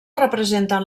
representen